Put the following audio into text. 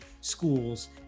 schools